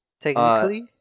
technically